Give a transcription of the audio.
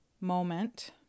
moment